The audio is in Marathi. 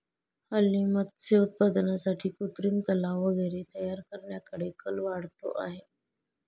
हल्ली मत्स्य उत्पादनासाठी कृत्रिम तलाव वगैरे तयार करण्याकडे कल वाढतो आहे